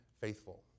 faithful